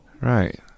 right